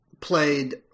played